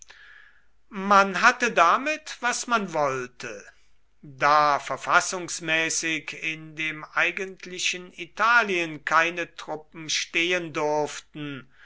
man hatte damit was man wollte da verfassungsmäßig in dem eigentlichen italien keine truppen stehen durften